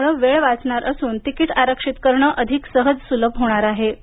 त्यामुळं वेळ वाचणार असून तिकीट आरक्षित करणं अधिक सहज सुलभ होणार आहे